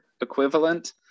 equivalent